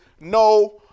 no